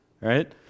Right